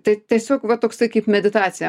tai tiesiog va toksai kaip meditacija